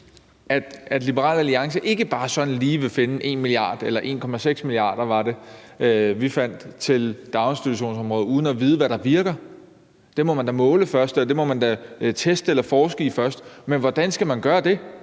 at Liberal Alliance ikke bare sådan lige ville finde de 1,6 mia. kr., som vi fandt til daginstitutionsområdet, uden at vide, hvad der virker. Det må man da måle først, eller det må man da teste eller forske i først, men hvordan skal man gøre det,